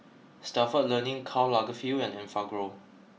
Stalford Learning Karl Lagerfeld and Enfagrow